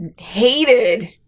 Hated